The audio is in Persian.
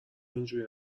اینجوری